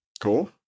Cool